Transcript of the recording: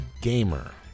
Gamer